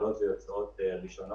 יוצאים כי הם חייבים.